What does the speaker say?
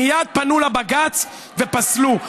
מייד פנו לבג"ץ ופסלו.